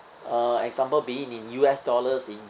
uh example being in U_S dollars in